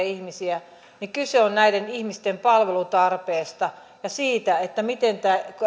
ihmisiä niin kyse on näiden ihmisten palvelutarpeesta ja siitä miten